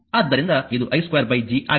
ಆದ್ದರಿಂದ ಇದು i2 G ಆಗಿದೆ